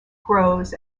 grows